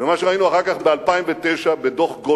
ומה שראינו אחר כך ב-2009 בדוח-גולדסטון.